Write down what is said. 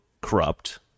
corrupt